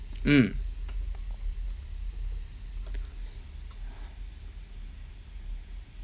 mm